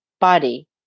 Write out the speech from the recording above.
body